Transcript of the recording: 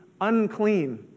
unclean